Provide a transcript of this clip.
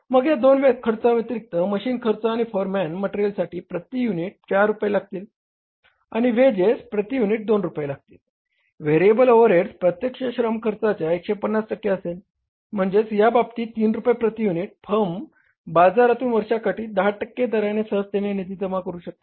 मग या दोन खर्चाव्यतिरिक्त मशीन खर्च आणि फोरमॅन मटेरियलसाठी प्रति युनिट 4 रुपये लागतील आणि वेजेस प्रति युनिट 2 रुपये लागतील व्हेरिएबल ओव्हरहेड्स प्रत्यक्ष श्रम खर्चाच्या 150 टक्के असेल म्हणजेच याबाबतीत 3 रुपये प्रती युनिट फर्म बाजारातून वर्षाकाठी 10 टक्के दराने सहजतेने निधी जमा करू शकते